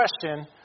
question